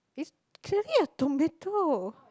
is clearly a tomato